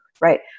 right